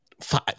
Five